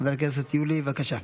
חבר הכנסת יולי, בבקשה.